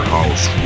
House